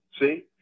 See